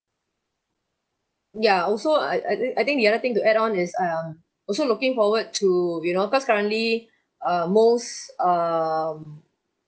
ya also I I I think the other thing to add on is uh also looking forward to you know because currently uh most um